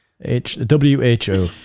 H-W-H-O